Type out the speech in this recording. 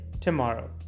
tomorrow